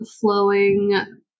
flowing